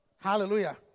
Hallelujah